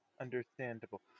Understandable